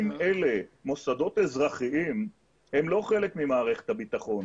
אם אלה מוסדות אזרחיים הם לא חלק ממערכת הביטחון,